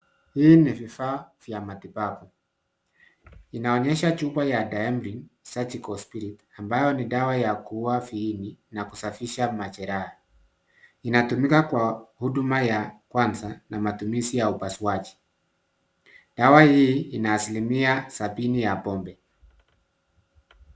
Hii ni vifaa vya matibabu. Inaonyesha chupa ya Diarim surgical spirit ambayo ni dawa ya kuuwa viini na kusafisha majeraha. Inatumika kwa huduma ya kwanza na matumizi ya upasuaji. Dawa hii inaasilimia sabini ya pombe.